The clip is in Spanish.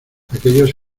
aquellos